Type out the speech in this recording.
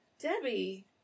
Debbie